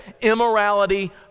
immorality